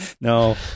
No